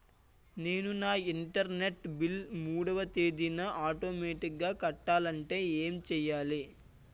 నేను నా internet bill మూడవ తేదీన ఆటోమేటిగ్గా కట్టాలంటే ఏం చేయాలి?